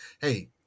Hey